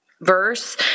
verse